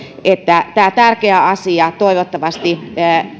että tämä tärkeä asia toivottavasti